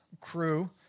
crew